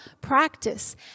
practice